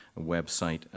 website